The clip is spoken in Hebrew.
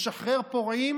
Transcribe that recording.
משחרר פורעים